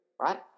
right